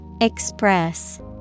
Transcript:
Express